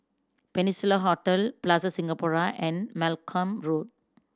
Peninsula Hotel Plaza Singapura and Malcolm Road